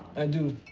i do.